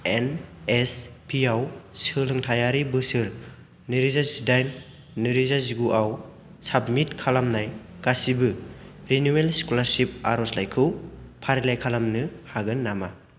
N S P आव सोलोंथाइयारि बोसोर नैरोजा जिदाइन नैरोजा जिगुआव साबमिट खालामनाय गासिबो रिनुयेल स्कुलारसिप आर'जलाइखौ फारिलाइ खालामनो हागोन नामा